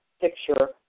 picture